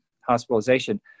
hospitalization